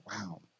Wow